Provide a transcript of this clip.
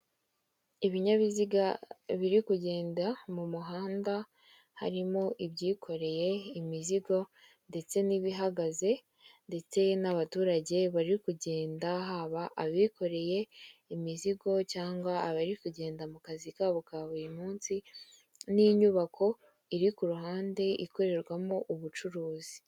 Ibinyabiziga biri kugenda mu muhanda, harimo ibyikoreye imizigo ndetse n'ibihagaze ndetse n'abaturage bari kugenda, haba abikoreye imizigo cyangwa abari kugenda mu kazi kabo ka buri munsi, n'inyubako iri ku ruhande ikorerwamo ubucuruzi.